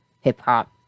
Hip-hop